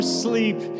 sleep